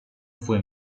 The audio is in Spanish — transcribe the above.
fue